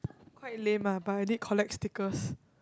quite lame ah but I did collect stickers